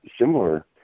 similar